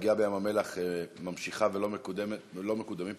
הפגיעה בים-המלח ממשיכה ולא מקודמים פתרונות,